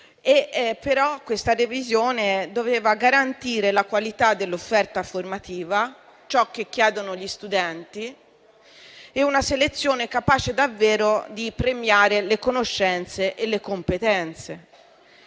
firma. Questa revisione doveva però garantire la qualità dell'offerta formativa, ciò che chiedono gli studenti, e una selezione capace davvero di premiare le conoscenze e le competenze;